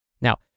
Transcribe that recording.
Now